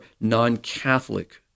non-catholic